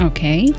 Okay